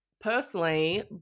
personally